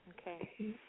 Okay